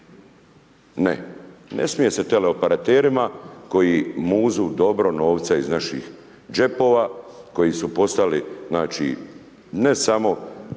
Ne, ne smije se tele operaterima koji muzu dobro novce iz naših džepova, koji su postali znači